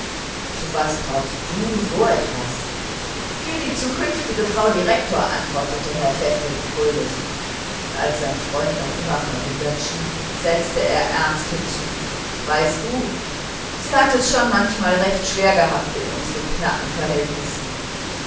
zu was brauchst du so etwas für die zukünftige frau direktor antwortete herr pfäffling fröhlich und als sein freund noch immer verwundert schien setzte er ernst hinzu weißt du sie hat es schon manchmal recht schwer gehabt in unseren knappen verhältnissen